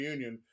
Union